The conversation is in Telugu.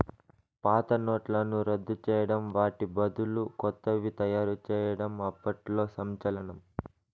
పాత నోట్లను రద్దు చేయడం వాటి బదులు కొత్తవి తయారు చేయడం అప్పట్లో సంచలనం